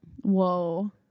Whoa